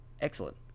excellent